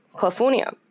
California